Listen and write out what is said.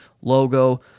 logo